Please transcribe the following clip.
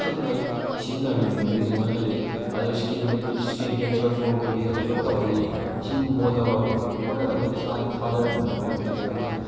ꯊꯛꯅꯤꯡꯉꯥꯏ ꯁꯤꯖꯤꯟꯅꯔꯤꯝꯅꯦ ꯂꯨꯖꯅꯤꯡꯉꯥꯏ ꯀꯩꯗꯒꯤ ꯑꯗꯨ ꯏꯁꯀꯤꯟꯗꯒꯤ ꯏꯁꯀꯤꯟ ꯀꯦꯟꯁꯔ ꯐꯣꯔꯝ ꯀꯩꯗꯩꯒ ꯂꯣꯏ ꯇꯧꯍꯜꯂꯤ ꯏꯁꯤꯡꯕꯨ ꯃꯣꯠꯂꯕ ꯑꯩꯈꯣꯏꯅ ꯃꯣꯠꯍꯜꯂ ꯑꯩꯈꯣꯏꯅ ꯏꯁꯥꯅ ꯊꯥꯗꯔꯒ ꯊꯝꯕ ꯄꯣꯠ ꯃꯈꯩꯁꯤ ꯑꯩꯈꯣꯏꯗ